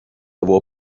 avoir